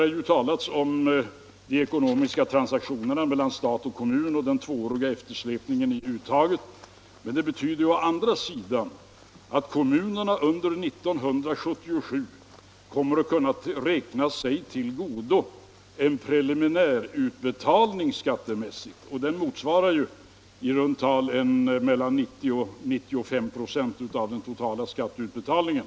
Det har talats om de ekonomiska transaktionerna mellan stat och kommun och om den tvååriga eftersläpningen i uttaget, men det betyder ju å andra sidan att kommunerna under 1977 kan räkna sig till godo en preliminär utbetalning av skatt som i runt tal motsvarar 90-95 96 av den totala skatteutbetalningen.